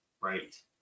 right